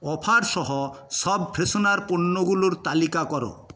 অফারসহ সব ফ্রেশনার পণ্যগুলোর তালিকা করো